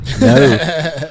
No